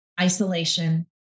isolation